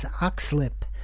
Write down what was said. Oxlip